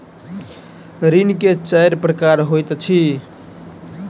ऋण के चाइर प्रकार होइत अछि